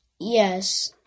Yes